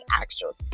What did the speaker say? actual